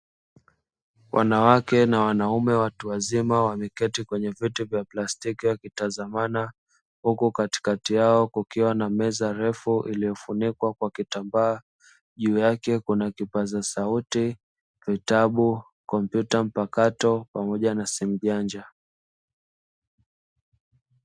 Wanawake na wanaume watu wazima wameketi kwenye viti vya plastiki wakitazamana huku katikati yao kukiwa na meza refu iliyofunikwa kwa kitambaa juu yake kuna kipaza sauti vitabu kompyuta mpakato pamoja na simu janja.